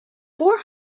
four